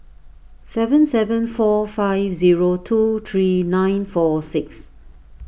seven seven four five zero two three nine four six